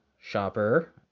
Shopper